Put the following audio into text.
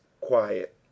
quiet